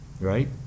right